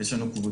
יש לנו קבוצה